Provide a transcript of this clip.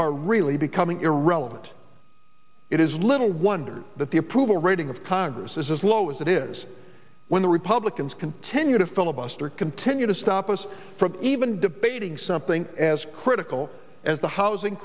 are really becoming irrelevant it is little wonder that the approval rating of congress is as low as it is when the republicans continue to filibuster continue to stop us from even debating something as critical as the housing